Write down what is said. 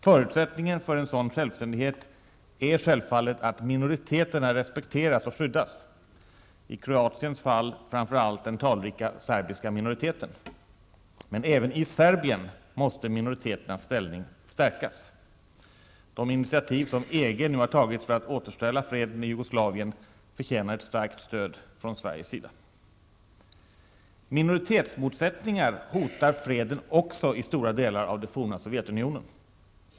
Förutsättningen för en sådan självständighet är självfallet att minoriteterna respekteras och skyddas, i Kroatiens fall framför allt den talrika serbiska minoriteten. Men även i Serbien måste minoriteternas ställning förstärkas. De initiativ som EG nu har tagit för att återställa freden i Jugoslavien förtjänar ett starkt stöd från Sveriges sida. Minoritetsmotsättningar hotar freden också i stora delar av det forna Sovjetunionen.